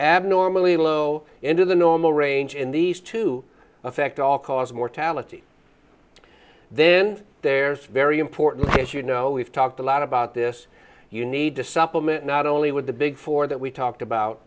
abnormally low into the normal range in these to affect all cause mortality then there's very important as you know we've talked a lot about this you need to supplement not only with the big four that we talked about